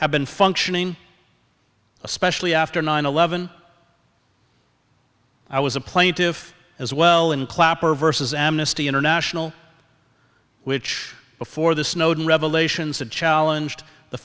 have been functioning especially after nine eleven i was a plaintiff as well and clapper versus amnesty international which before the snowden revelations a challenge t